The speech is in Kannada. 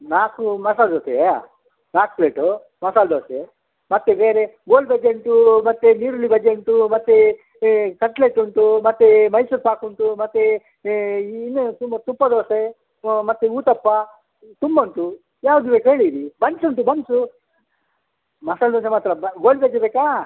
ನಾಲ್ಕು ಮಸಾಲೆ ದೋಸೆನಾ ನಾಲ್ಕು ಪ್ಲೇಟು ಮಸಾಲೆ ದೋಸೆ ಮತ್ತು ಬೇರೆ ಗೋಳಿ ಬಜೆ ಉಂಟು ಮತ್ತು ನೀರುಳ್ಳಿ ಬಜೆ ಉಂಟು ಮತ್ತು ಕಟ್ಲೆಟ್ ಉಂಟು ಮತ್ತು ಮೈಸೂರ್ ಪಾಕು ಉಂಟು ಮತ್ತು ಇನ್ನೂ ತುಂಬ ತುಪ್ಪ ದೋಸೆ ಮತ್ತು ಉತ್ತಪ್ಪ ತುಂಬ ಉಂಟು ಯಾವ್ದು ಬೇಕು ಹೇಳಿರಿ ಬನ್ಸ್ ಉಂಟು ಬನ್ಸು ಮಸಾಲೆ ದೋಸೆ ಮಾತ್ರ ಬ ಗೋಳಿ ಬಜೆ ಬೇಕಾ